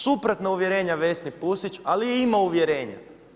Suprotna uvjerenja Vesne Pusić, ali je imao uvjerenja.